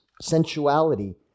Sensuality